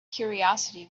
curiosity